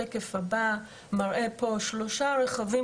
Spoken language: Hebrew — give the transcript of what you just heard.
השקף הבא מראה שלושה רכבים